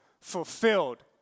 fulfilled